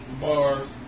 Bars